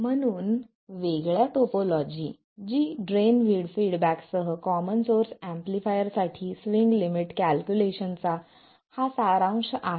म्हणून वेगळ्या टोपोलॉजी जी ड्रेन फीडबॅकसह कॉमन सोर्स एम्पलीफायर साठी स्विंग लिमिट कॅल्क्युलेशन चा हा सारांश आहे